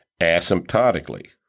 asymptotically